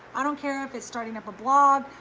i don't care if it's starting up a blog,